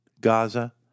Gaza